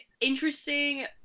interesting